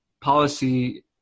Policy